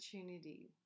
opportunity